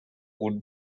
would